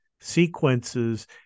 sequences